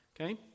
okay